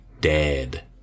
dead